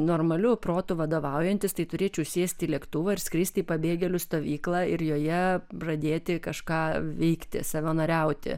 normaliu protu vadovaujantis tai turėčiau sėsti į lėktuvą ir skristi į pabėgėlių stovyklą ir joje pradėti kažką veikti savanoriauti